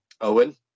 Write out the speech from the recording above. Owen